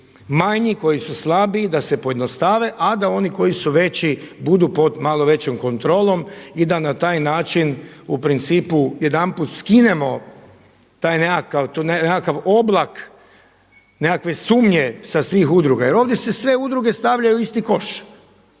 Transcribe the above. manji, koji su slabiji da se pojednostave, a da oni koji su veći budu pod malo većom kontrolom i da na taj način u principu jedanput skinemo taj nekakav, taj nekakav oblak nekakve sumnje sa svih udruga. Jer ovdje se sve udruge stavljaju u isti koš,